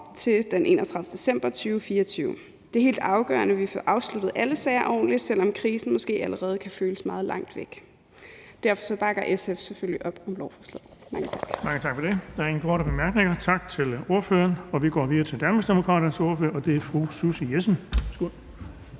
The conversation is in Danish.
til den 31. december 2024. Det er helt afgørende, at vi får afsluttet alle sager ordentligt, selv om krisen måske allerede kan føles meget langt væk, og derfor bakker SF selvfølgelig op om lovforslaget. Mange tak. Kl. 13:28 Den fg. formand (Erling Bonnesen): Mange tak for det. Der er ingen korte bemærkninger. Tak til ordføreren. Så går vi videre til Danmarksdemokraternes ordfører, og det er fru Susie Jessen.